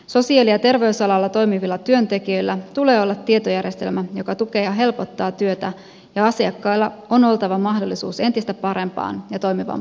sosiaali ja terveysalalla toimivilla työntekijöillä tulee olla tietojärjestelmä joka tukee ja helpottaa työtä ja asiakkailla on oltava mahdollisuus entistä parempaan ja toimivampaan asiointiin